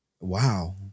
Wow